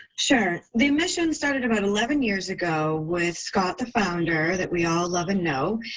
sure. the mission started about eleven years ago with scott, the founder that we all love and know.